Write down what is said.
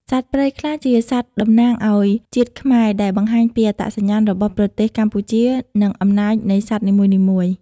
សត្វព្រៃខ្លះជាសត្វតំណាងឲ្យជាតិខ្មែរដែលបង្ហាញពីអត្តសញ្ញាណរបស់ប្រទេសកម្ពុជានិងអំណាចនៃសត្វនីមួយៗ។